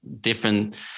different